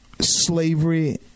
Slavery